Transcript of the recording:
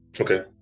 Okay